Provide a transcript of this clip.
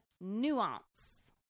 nuance